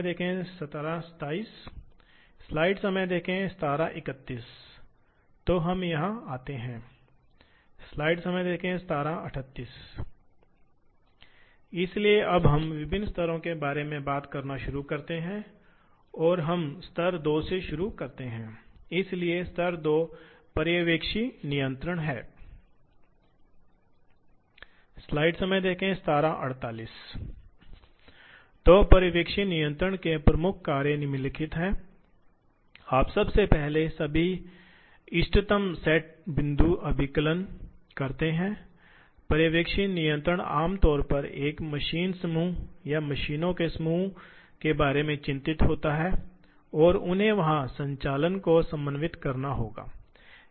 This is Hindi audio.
जब भाग में कई ऑपरेशन की आवश्यकता होती है तो फिर से समय निर्धारित करने के लिए मूल्यांकन किया जाता है आपको इसकी आवश्यकता हो सकती है आपको उस पर काम करने वाले विभिन्न प्रकार के उपकरण रखने की आवश्यकता हो सकती है इसलिए इसलिए फिर आपको पता चल जाएगा कि आप बहुत समय खो देंगे बदलते उपकरण जबकि तकनीक जैसी चीजों के साथ जैसे स्वचालित उपकरण परिवर्तन और विभिन्न प्रकार की टूल पत्रिकाएं ये इन उपकरणों को बदलना आम तौर पर सीएनसी मशीनों में बहुत कुशलता से प्राप्त किया जाता है